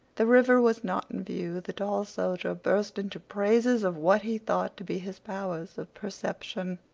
the river was not in view. the tall soldier burst into praises of what he thought to be his powers of perception.